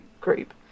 group